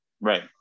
Right